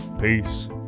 Peace